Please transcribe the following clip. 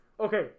Okay